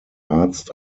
arzt